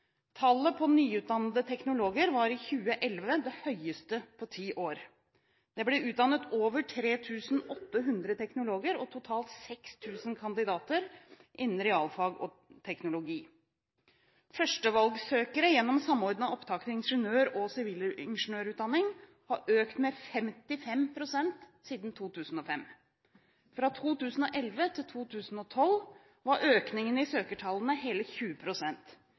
Tallet på nyutdannede teknologer var i 2011 det høyeste på ti år. Det ble utdannet over 3 800 teknologer og totalt 6 000 kandidater innen realfag og teknologi. Førstevalgssøkere gjennom Samordna opptak til ingeniør- og sivilingeniørutdanning har økt med 55 pst. siden 2005. Fra 2011 til 2012 var økningen i søkertallene hele